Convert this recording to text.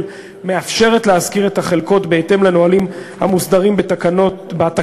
מאפשרת להשכיר את החלקות בהתאם לנהלים המוסדרים בתקנות,